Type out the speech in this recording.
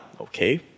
okay